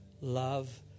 love